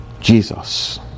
Jesus